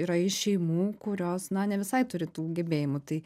yra iš šeimų kurios na ne visai turi tų gebėjimų tai